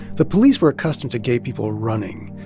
the police were accustomed to gay people running.